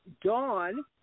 Dawn